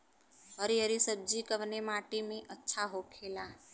हरी हरी सब्जी कवने माटी में अच्छा होखेला?